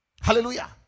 hallelujah